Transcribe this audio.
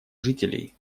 жителей